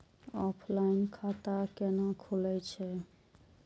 Offline खाता कैना खुलै छै?